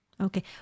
Okay